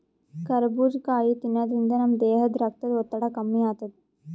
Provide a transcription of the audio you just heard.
ಕರಬೂಜ್ ಕಾಯಿ ತಿನ್ನಾದ್ರಿನ್ದ ನಮ್ ದೇಹದ್ದ್ ರಕ್ತದ್ ಒತ್ತಡ ಕಮ್ಮಿ ಆತದ್